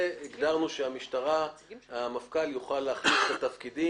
הגדרנו שהמפכ"ל יוכל להחליף בתפקידים